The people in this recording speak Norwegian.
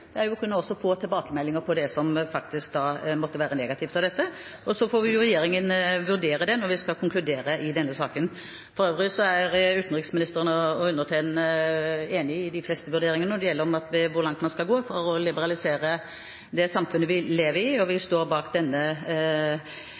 få tilbakemeldinger på det som faktisk måtte være negativt. Så får regjeringen vurdere det når vi skal konkludere i denne saken. For øvrig er utenriksministeren og undertegnede enig i de fleste vurderingene når det gjelder hvor langt man skal gå for å liberalisere det samfunnet vi lever i. Vi står bak